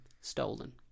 stolen